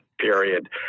Period